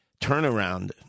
turnaround